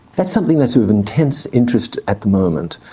that's something that's of intense interest at the moment.